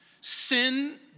sin